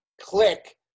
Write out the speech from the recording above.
click